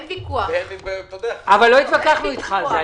לא התווכחנו אתך על זה.